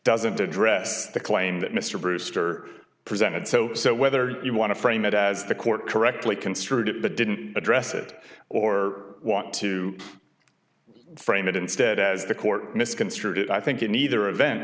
doesn't address the claim that mr brewster presented so so whether you want to frame it as the court correctly construed it but didn't address it or want to frame it instead as the court misconstrued it i think in either event